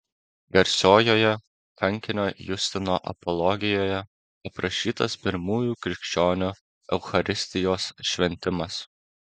garsiojoje kankinio justino apologijoje aprašytas pirmųjų krikščionių eucharistijos šventimas